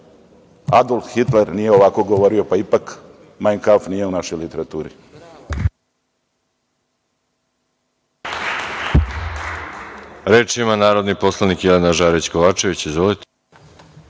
Adolf Hitler nije ovako govorio, pa ipak „Majn kampf“ nije u našoj literaturi.